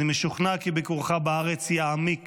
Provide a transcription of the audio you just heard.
ואני משוכנע כי ביקורך בארץ יעמיק